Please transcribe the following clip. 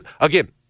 again